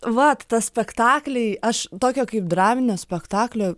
vat ta spektakliai aš tokio kaip draminio spektaklio